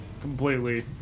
completely